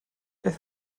beth